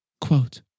Quote